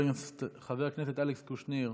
חבר הכנסת אלכס קושניר,